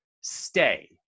stay